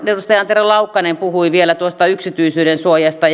edustaja antero laukkanen puhui vielä yksityisyydensuojasta